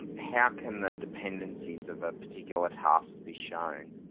um how can the dependencies of a particular task be shown?